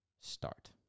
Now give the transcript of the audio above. Start